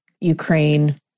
Ukraine